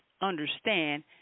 understand